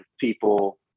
people